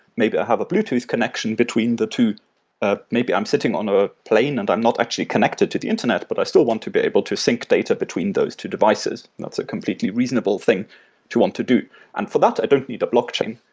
maybe i have a bluetooth connection between the two maybe i'm sitting on a plane and i'm not actually connected to the internet, but i still want to be able to sync data between those two devices. that's a completely reasonable thing to want to do and for that, i don't need a blockchain,